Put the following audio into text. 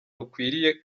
rukwiriye